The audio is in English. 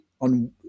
on